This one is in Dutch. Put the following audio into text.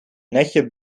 netje